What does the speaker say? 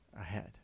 ahead